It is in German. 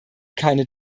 keine